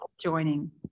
joining